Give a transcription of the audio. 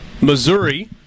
Missouri